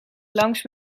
langs